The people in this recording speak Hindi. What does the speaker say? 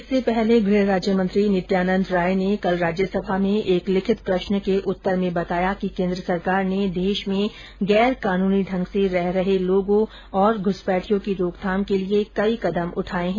इससे पहले गृह राज्यमंत्री नित्यानंद राय ने कल राज्यसभा में एक लिखित प्रश्न के उत्तर में बताया कि केन्द्र सरकार ने देश में गैर कानूनी ढंग से रह रहे लोगों और घूसपैठियों की रोकथाम के लिए कई कदम उठाये हैं